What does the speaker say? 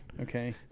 Okay